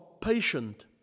patient